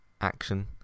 action